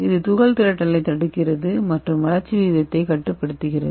இது துகள் திரட்டலைத் தடுக்கிறது மற்றும் வளர்ச்சி விகிதத்தைக் கட்டுப்படுத்துகிறது